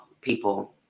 people